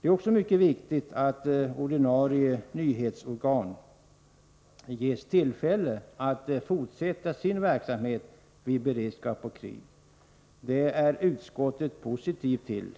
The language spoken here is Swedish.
Det är också mycket viktigt att ordinarie nyhetsorgan ges tillfälle att fortsätta sin verksamhet vid beredskap och krig. Det är utskottet positivt till.